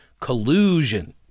collusion